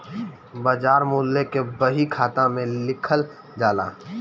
बाजार मूल्य के बही खाता में लिखल जाला